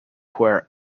where